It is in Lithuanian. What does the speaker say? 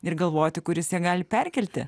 ir galvoti kuris ją gali perkelti